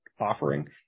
offering